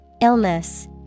Illness